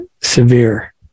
severe